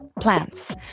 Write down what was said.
plants